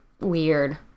weird